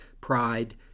pride